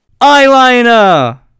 Eyeliner